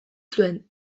zuen